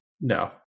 No